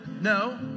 No